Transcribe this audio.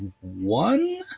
one